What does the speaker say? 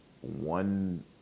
one